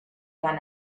van